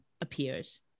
appears